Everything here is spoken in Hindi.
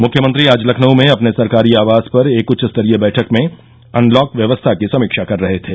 मुख्यमंत्री आज लखनऊ में अपने सरकारी आवास पर एक उच्चस्तरीय बैठक में अनलॉक व्यवस्था की समीक्षा कर रहे थे